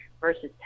versus